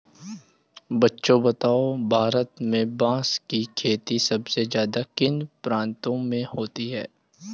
बच्चों बताओ भारत में बांस की खेती सबसे ज्यादा किन प्रांतों में होती है?